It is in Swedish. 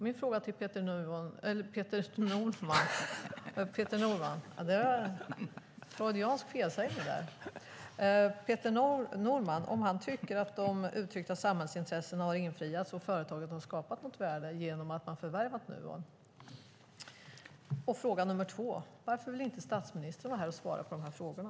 Min fråga till Peter Norman är om han tycker att de uttryckta samhällsintressena har infriats och om företaget har skapat något värde genom förvärvet av Nuon. Fråga nummer två: Varför vill inte statsministern vara här och svara på de här frågorna?